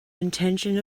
intention